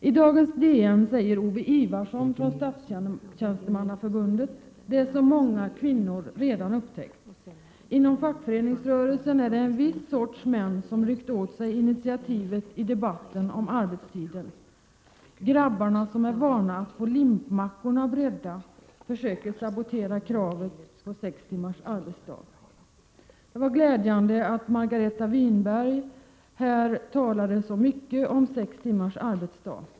I dagens DN säger Owe Ivarsson från Statstjänstemannaförbundet det som många kvinnor redan upptäckt, att inom fackföreningsrörelsen är det en viss sorts män som ryckt åt sig initiativet i debatten om arbetstiden: ”Grabbarna som är vana att få limpmackorna bredda” försöker sabotera kravet på sex timmars arbetsdag. Det var glädjande att Margareta Winberg här talade så mycket om sex timmars arbetsdag.